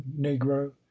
negro